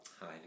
Hi